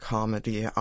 Comedy